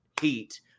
Heat